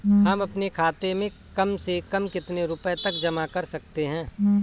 हम अपने खाते में कम से कम कितने रुपये तक जमा कर सकते हैं?